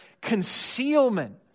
concealment